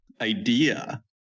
idea